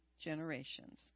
generations